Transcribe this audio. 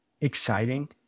exciting